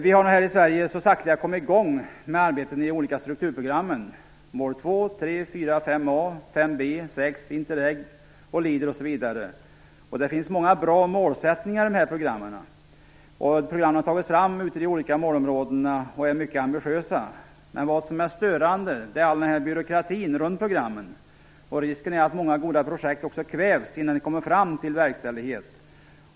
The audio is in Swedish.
Vi har här i Sverige så sakteliga kommit i gång med arbeten i de olika strukturprogrammen - mål 2, 3, 4, 5a, 5b, 6, Intereg, Leader osv. Programmen har många bra målsättningar. Programmen har tagits fram i de olika områdena och är mycket ambitiösa. Men vad som är störande är all denna byråkrati runt programmen. Risken är att många goda projekt kvävs innan de kommer fram till verkställighet.